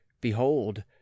behold